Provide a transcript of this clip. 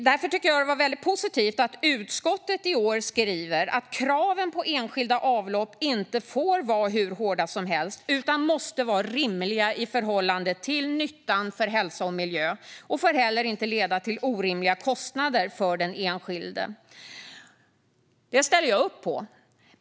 Därför är det väldigt positivt att utskottet i år skriver: "Kraven får inte vara hur hårda som helst utan måste vara rimliga i förhållande till nyttan för hälsan och miljön, och får inte heller leda till orimliga kostnader för den enskilde." Det ställer jag upp på.